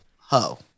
ho